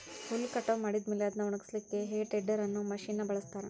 ಹುಲ್ಲ್ ಕಟಾವ್ ಮಾಡಿದ ಮೇಲೆ ಅದ್ನ ಒಣಗಸಲಿಕ್ಕೆ ಹೇ ಟೆಡ್ದೆರ್ ಅನ್ನೋ ಮಷೇನ್ ನ ಬಳಸ್ತಾರ